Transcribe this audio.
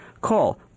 Call